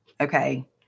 Okay